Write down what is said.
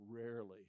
rarely